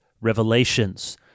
revelations